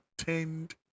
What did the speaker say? attend